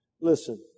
Listen